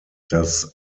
dass